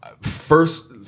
First